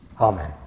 Amen